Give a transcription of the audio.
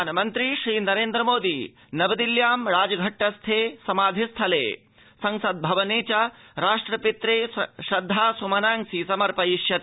प्रधानमन्त्री श्रीनरेन्द्र मोदी नवदिल्ल्यां राजघट्ट स्थे समाधि स्थले संसद भवने च राष्ट्रपित्रे श्रद्धा स्मनांसि समर्पयिष्यति